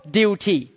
duty